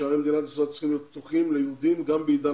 שערי מדינת ישראל צריכים להיות פתוחים ליהודים גם בעידן